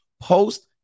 post